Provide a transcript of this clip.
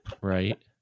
right